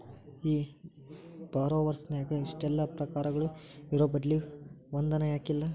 ಈ ಬಾರೊವರ್ಸ್ ನ್ಯಾಗ ಇಷ್ಟೆಲಾ ಪ್ರಕಾರಗಳು ಇರೊಬದ್ಲಿ ಒಂದನ ಯಾಕಿಲ್ಲಾ?